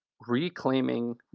Reclaiming